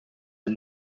are